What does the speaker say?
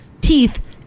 teeth